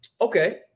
Okay